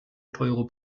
teure